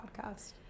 podcast